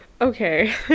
Okay